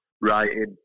writing